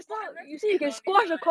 wa I very scared the lizard eh